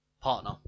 partner